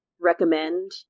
recommend